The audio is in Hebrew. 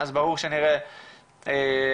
אז ברור שנראה הצפה,